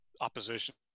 opposition